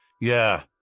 Yeah